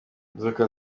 inzoka